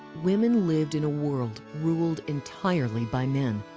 women lived in a world ruled entirely by men.